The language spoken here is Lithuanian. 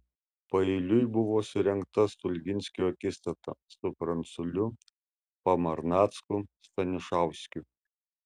paeiliui buvo surengta stulginskio akistata su pranculiu pamarnacku stanišauskiu